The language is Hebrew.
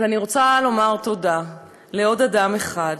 אבל אני רוצה לומר תודה לעוד אדם אחד: